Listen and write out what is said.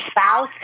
spouse